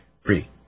free